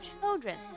children